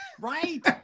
right